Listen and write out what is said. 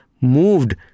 moved